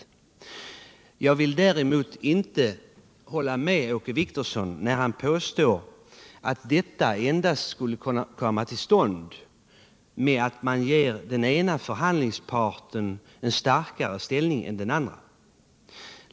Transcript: Däremot vill jag inte hålla med Åke Wictorsson när han påstår att detta endast skulle kunna komma till stånd genom att man ger den ena förhandlingsparten en starkare ställning än den andra.